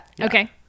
Okay